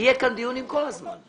יהיו כאן כל הזמן דיונים.